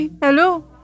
Hello